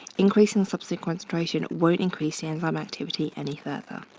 increasing substrate concentration won't increase enzyme activity any further.